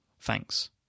Thanks